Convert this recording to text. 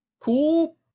cool